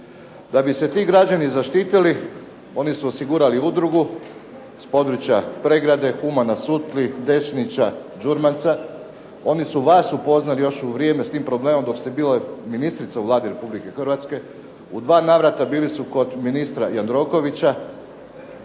Da bi se ti građani zaštitili, oni su osigurali udrugu s područja Pregrade, Huma na Sutli, Desnića, Đurmanca. Oni su vas upoznali još u vrijeme s tim problemom dok ste bili ministrica u Vladi Republike Hrvatske. U dva navrata bili su kod ministra Jandrokovića.